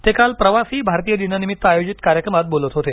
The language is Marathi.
ते कालप्रवासी भारतीय दिनानिमित्त आयोजित कार्यक्रमात बोलत होते